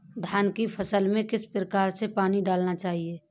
धान की फसल में किस प्रकार से पानी डालना चाहिए?